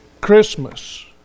Christmas